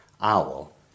owl